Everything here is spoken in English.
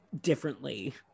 differently